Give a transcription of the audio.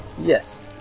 Yes